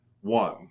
one